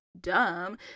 dumb